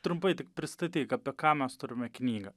trumpai tik pristatyk apie ką mes turime knygą